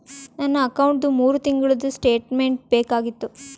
ನನ್ನ ಅಕೌಂಟ್ದು ಮೂರು ತಿಂಗಳದು ಸ್ಟೇಟ್ಮೆಂಟ್ ಬೇಕಾಗಿತ್ತು?